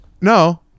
No